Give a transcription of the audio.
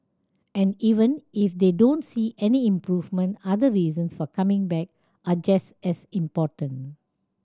and even if they don't see any improvement other reasons for coming back are just as important